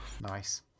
Nice